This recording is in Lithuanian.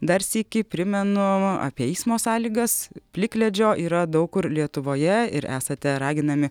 dar sykį primenu apie eismo sąlygas plikledžio yra daug kur lietuvoje ir esate raginami